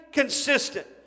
consistent